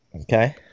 Okay